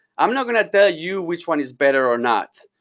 i'm not going to tell you which one is better or not.